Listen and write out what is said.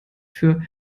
für